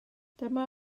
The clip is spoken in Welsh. dyma